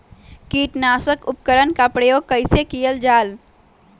किटनाशक उपकरन का प्रयोग कइसे कियल जाल?